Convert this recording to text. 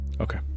Okay